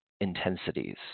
intensities